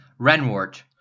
Renwart